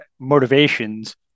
motivations